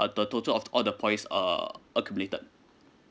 err the total of all the points err accumulated